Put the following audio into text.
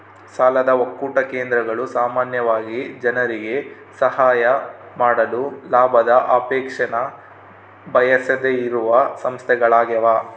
ಸಾಲ ಒಕ್ಕೂಟ ಕೇಂದ್ರಗಳು ಸಾಮಾನ್ಯವಾಗಿ ಜನರಿಗೆ ಸಹಾಯ ಮಾಡಲು ಲಾಭದ ಅಪೇಕ್ಷೆನ ಬಯಸದೆಯಿರುವ ಸಂಸ್ಥೆಗಳ್ಯಾಗವ